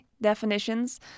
definitions